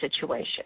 situation